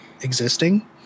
existing